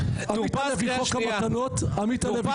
נהיית: עמית הלוי "חוק המתנות"; עמית הלוי